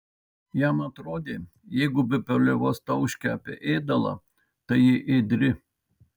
jam atrodė jeigu be paliovos tauškia apie ėdalą tai ji ėdri